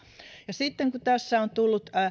ja sitten kun tässä on tullut